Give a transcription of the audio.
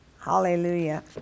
Hallelujah